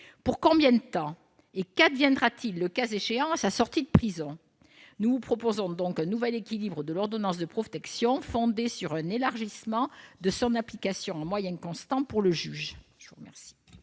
Pour combien de temps ? Et qu'adviendra-t-il, le cas échéant, à sa sortie de prison ? Nous vous proposons donc un nouvel équilibre de l'ordonnance de protection, fondé sur un élargissement de son application à moyens constants pour le juge.